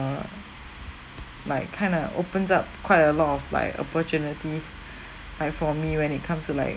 err like kind of opens up quite a lot of like opportunities like for me when it comes to like